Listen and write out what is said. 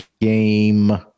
game